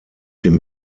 dem